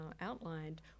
outlined